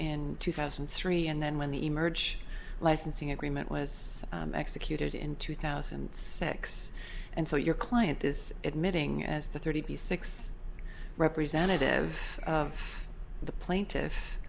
and two thousand and three and then when the merge licensing agreement was executed in two thousand and six and so your client is admitting as the thirty six representative of the plaintiff